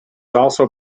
also